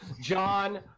John